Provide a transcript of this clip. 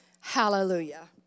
Hallelujah